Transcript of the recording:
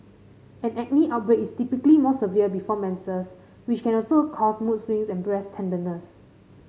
an acne outbreak is typically more severe before menses which can also cause mood swings and breast tenderness